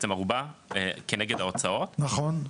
כנגד ההוצאות נכון.